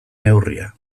neurria